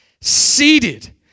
seated